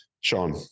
Sean